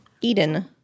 Eden